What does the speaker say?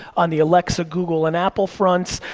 on the alexa, google, and apple fronts,